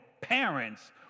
parents